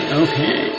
okay